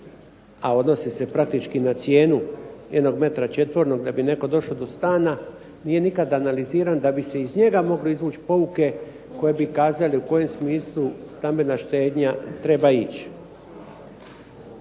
a odnosi se praktički na cijenu jednog metra četvornog da bi netko došao do stana, nije nikad analiziran da bi se iz njega moglo izvući pouke koje bi kazali u kojem smislu stambena štednja treba ići.